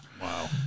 Wow